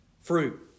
fruit